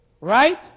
Right